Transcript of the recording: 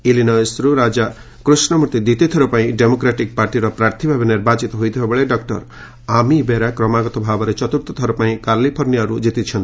ଇଲିନଏସ୍ରୁ ରାଜା କୃଷ୍ଣମୂର୍ତ୍ତି ଦ୍ୱିତୀୟ ଥର ପାଇଁ ଡେମୋକ୍ରାଟିକ୍ ପାର୍ଟିର ପ୍ରାର୍ଥୀ ଭାବେ ନିର୍ବାଚିତ ହୋଇଥିବା ବେଳେ ଡକୁର ଆମି ବେରା କ୍ରମାଗତ ଭାବେ ଚତୁର୍ଥ ଥର ପାଇଁ କାଲିଫର୍ଣ୍ଣିଆରୁ ଜିତିଛନ୍ତି